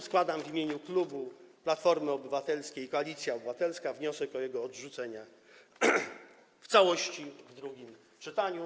Składam w imieniu klubu Platforma Obywatelska - Koalicja Obywatelska wniosek o jego odrzucenie w całości w drugim czytaniu.